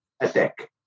attack